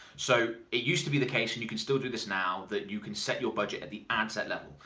so it used to be the case, and you can still do this now, that you can set your budget at the ad set level.